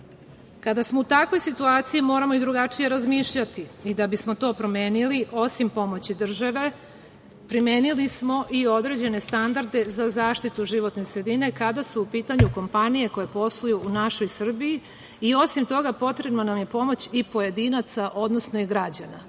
smo u takvoj situaciji, moramo i drugačije razmišljati i da bismo to promenili, osim pomoći države, primeni smo i određene standarde za zaštitu životne sredine, kada su u pitanju kompanije koje posluju u našoj Srbiji. Osim toga, potrebna nam je i pomoć pojedinaca, odnosno i građana,